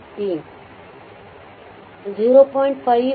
5t15 0